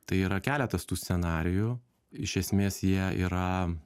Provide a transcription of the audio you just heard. tai yra keletas tų scenarijų iš esmės jie yra